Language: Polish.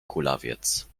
kulawiec